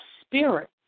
spirit